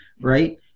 right